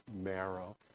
marrow